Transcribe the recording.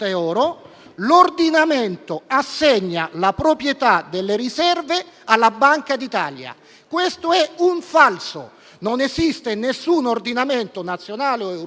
l'ordinamento assegna la proprietà delle riserve alla Banca d'Italia. Questo è un falso: non esiste nessun ordinamento nazionale o europeo